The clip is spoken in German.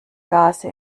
gase